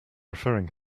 referring